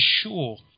sure